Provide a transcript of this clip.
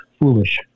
foolish